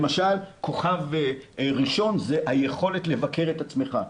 למשל כוכב ראשון זה היכולת לבקר את עצמך,